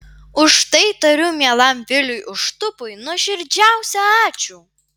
už tai tariu mielam viliui užtupui nuoširdžiausią ačiū